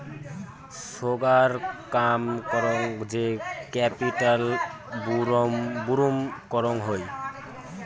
সোগায় কাম করং যে ক্যাপিটাল বুরুম করং হই